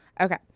Okay